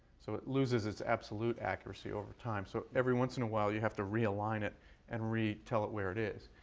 so it loses its absolute accuracy over time. so every once in while, you have to realign it and retell it where it is.